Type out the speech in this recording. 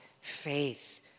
faith